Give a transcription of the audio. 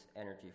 energy